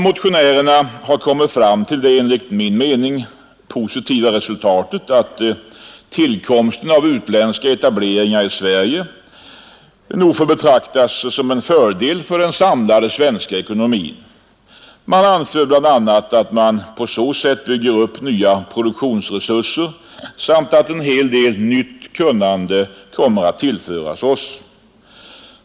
Motionärerna har kommit fram till det enligt min mening positiva resultatet att förekomsten av utländska etableringar i Sverige får betraktas som en fördel för den samlade svenska ekonomin. De anser bl.a. att nya produktionsresurser på så sätt byggs ut samt att nytt kunnande tillförs oss.